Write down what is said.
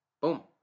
Boom